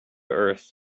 earth